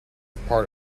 part